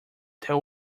there